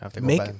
make